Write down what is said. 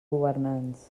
governants